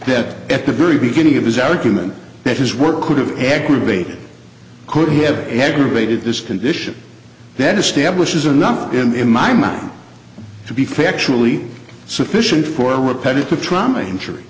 yet at the very beginning of his argument that his work could have aggravated could he have aggravated this condition that establishes enough in my mind to be factually sufficient for repetitive trauma injury